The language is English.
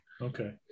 Okay